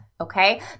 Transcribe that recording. okay